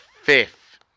fifth